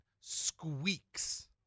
squeaks